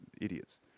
idiots